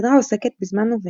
הסדרה עוסקת בזמן הווה,